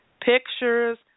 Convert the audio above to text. Pictures